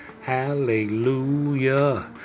Hallelujah